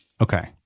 Okay